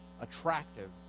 attractive